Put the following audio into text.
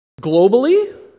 Globally